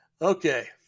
Okay